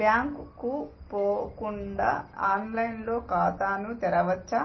Bank కు పోకుండా online లో ఖాతాను తెరవవచ్చా?